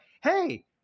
Hey